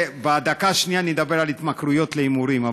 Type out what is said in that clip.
בדקה השנייה אני אדבר על התמכרויות להימורים,